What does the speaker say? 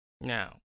now